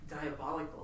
diabolical